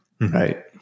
Right